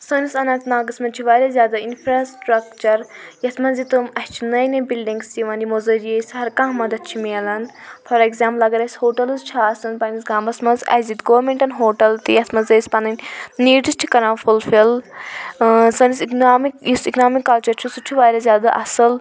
سٲنِس اَننت ناگَس منٛز چھِ واریاہ زیادٕ اِنفرٛاسِٹرَکچر یَتھ منٛز زِ تِم اسہِ چھِ نَیہِ نَیہِ بِلڈِنگٕس یِوان یِموٚو ذٔریعہِ أسۍ ہَر کانٛہہ مَدد چھُ میلان فار ایٚکزامپٕل اَگر اسہِ ہوٹَلٕز چھِ آسان پَننِس گامَس منٛز اسہِ دِتۍ گورمنٹَن ہوٹَل تہِ یَتھ منٛز أسۍ پَنٕنۍ نیٖڈٕس چھِ کران فُل فِل ٲں سٲنِس اِکنامِک یُس اِکنامِک کلچر چھُ سُہ تہِ چھُ واریاہ زیادٕ اصٕل